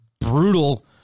brutal